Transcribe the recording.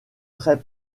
très